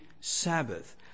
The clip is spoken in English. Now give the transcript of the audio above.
Sabbath